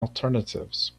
alternatives